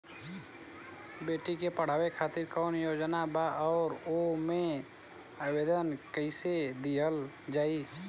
बेटी के पढ़ावें खातिर कौन योजना बा और ओ मे आवेदन कैसे दिहल जायी?